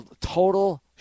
total –